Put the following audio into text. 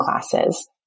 classes